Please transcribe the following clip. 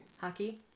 Hockey